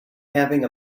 having